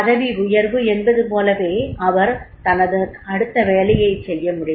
பதவி உயர்வு என்பது போலவே அவர் தனது அடுத்த வேலையைச் செய்ய முடியும்